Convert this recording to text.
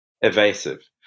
evasive